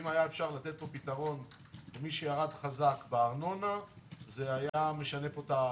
אם היה אפשר לתת פה פתרון בארנונה למי שירד חזק זה היה משנה את התמונה.